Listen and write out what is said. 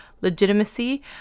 legitimacy